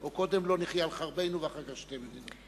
או קודם לא נחיה על חרבנו ואחר כך שתי מדינות?